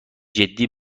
جدی